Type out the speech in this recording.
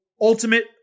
Ultimate